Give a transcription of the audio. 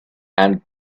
and